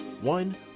One